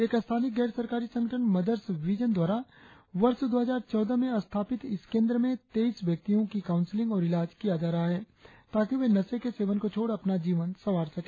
एक स्थानीय गैर सरकारी संगठन मदर्स विजन द्वारा वर्ष दो हजार चौदह में स्थापित इस केंद्र में तेईस व्यक्तियों की काउंसिलिंग और इलाज किया जा रहा है ताकि वे नशे के सेवन को छोड़ अपना जीवन सवार सके